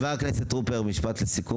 חבר הכנסת טרופר, משפט לסיכום.